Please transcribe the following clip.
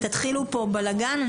אם תתחילו פה בלגן,